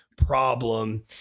problem